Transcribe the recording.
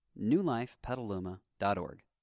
newlifepetaluma.org